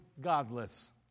godless